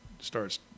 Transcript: starts